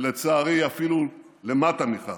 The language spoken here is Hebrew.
ולצערי אפילו למטה מכך.